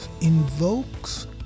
invokes